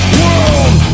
world